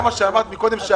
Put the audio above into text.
גם מה שאמרת קודם,